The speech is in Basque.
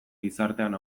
gizartean